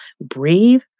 Breathe